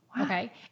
Okay